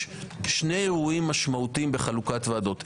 יש שני אירועים משמעותיים בחלוקת ועדות.